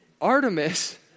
Artemis